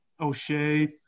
O'Shea